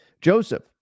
Joseph